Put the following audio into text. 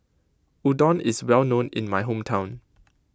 Udon is well known in my hometown